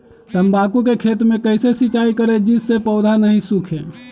तम्बाकू के खेत मे कैसे सिंचाई करें जिस से पौधा नहीं सूखे?